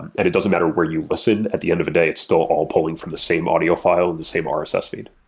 and it doesn't matter where you listen. at the end of the day, it's still all pulling from the same audio file and the same um rss feed.